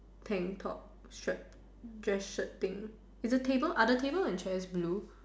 tank top shirt dress shirt thing are the tables and chair blue